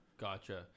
Gotcha